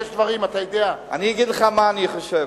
יש דברים, אתה יודע, אני אגיד לך מה אני חושב.